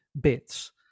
bits